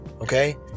Okay